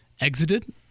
exited